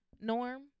norm